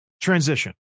transition